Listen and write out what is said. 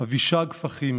אבישג פחימה,